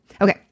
Okay